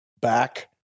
back